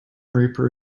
reaper